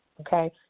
Okay